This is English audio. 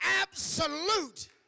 absolute